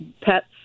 pets